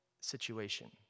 situation